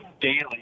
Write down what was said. daily